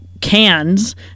cans